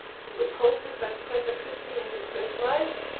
he was hosted by professor christy and his first wife.